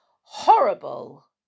horrible